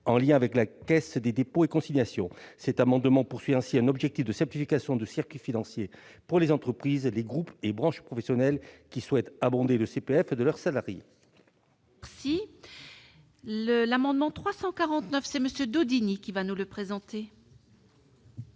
en lien avec la Caisse des dépôts et consignations. Cet amendement vise ainsi un objectif de simplification du circuit financier pour les entreprises, les groupes et branches professionnelles qui souhaitent abonder le CPF de leurs salariés. La parole est à M. Yves Daudigny, pour présenter